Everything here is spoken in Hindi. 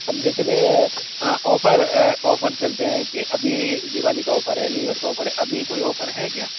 अब जैसे के ऑफ़र ऑफ़र चलते हैं कि अभी दिवाली का ऑफ़र है न्यू यर का ऑफ़र है अभी कोई ऑफ़र है क्या